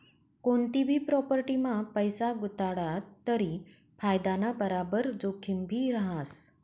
कोनतीभी प्राॅपटीमा पैसा गुताडात तरी फायदाना बराबर जोखिमभी रहास